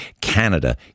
Canada